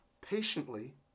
patiently